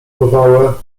powałę